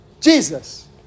Jesus